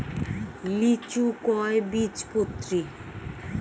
লিচু কয় বীজপত্রী?